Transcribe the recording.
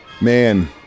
Man